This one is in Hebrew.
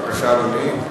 בבקשה, אדוני.